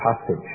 passage